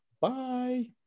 Bye